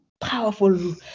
powerful